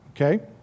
Okay